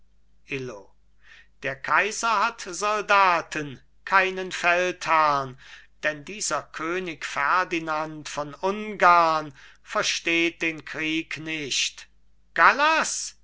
illo der kaiser hat soldaten keinen feldherrn denn dieser könig ferdinand von ungarn versteht den krieg nicht gallas